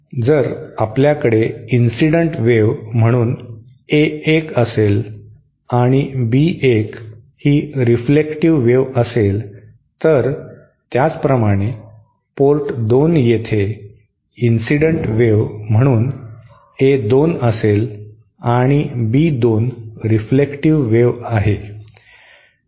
जर आपल्याकडे incident wave म्हणून A 1 असेल आणि B 1 रिफ्लेक्टीव्ह वेव्ह असेल तर त्याचप्रमाणे पोर्ट 2 येथे इन्सिडेंट वेव्ह म्हणून A 2 असेल आणि B 2 रिफ्लेक्टीव्ह वेव्ह आहे